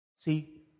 See